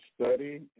study